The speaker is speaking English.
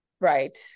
Right